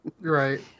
Right